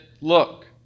look